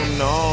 no